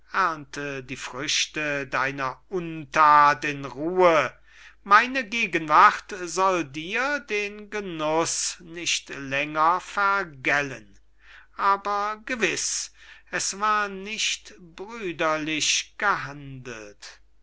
die früchte deiner unthat in ruhe meine gegenwart soll dir den genuß nicht länger vergällen aber gewiß es war nicht brüderlich gehandelt